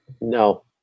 No